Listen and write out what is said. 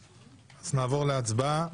אז נעבור להצבעה.